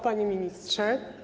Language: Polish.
Panie Ministrze!